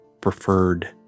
preferred